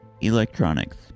electronics